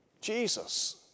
Jesus